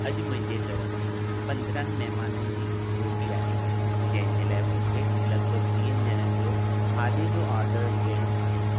अॼु मुंहिंजे घर में पंदरहनि महिमाननि जी रोटी आहे जंहिंजे लाइ मूंखे लॻिभॻि वीहनि ॼणनि जो खाधे जो ऑडर ॾियणो आहे